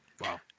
Wow